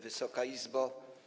Wysoka Izbo!